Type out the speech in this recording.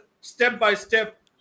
step-by-step